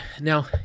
Now